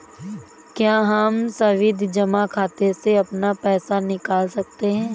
क्या हम सावधि जमा खाते से अपना पैसा निकाल सकते हैं?